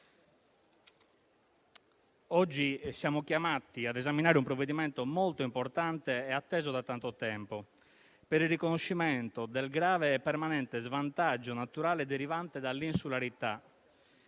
Oggi siamo chiamati a esaminare un provvedimento molto importante e atteso da tanto tempo per il riconoscimento del grave e permanente svantaggio naturale derivante dall'insularità.